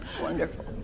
Wonderful